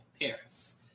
Paris